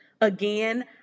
Again